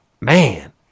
Man